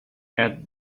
add